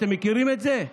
אתם מכירים את זה,